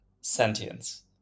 sentience